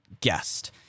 guest